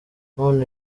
none